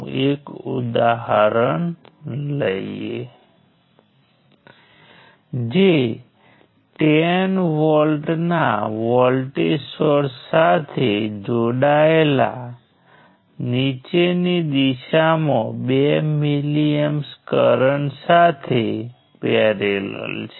હવે B બ્રાન્ચીઝમાંથી જો તમે N માઈનસ 1 કાઢો તો આપણી પાસે B માઈનસ N વત્તા 1 બાકીની બ્રાન્ચીઝ હશે જેને કો ટ્રી પણ કહેવાય છે